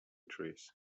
trees